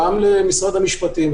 גם למשרד המשפטים,